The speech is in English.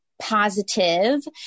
positive